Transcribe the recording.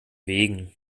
wegen